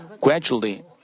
gradually